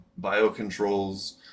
biocontrols